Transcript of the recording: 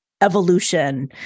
evolution